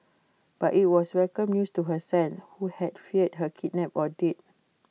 but IT was welcome news to her son who had feared her kidnapped or dead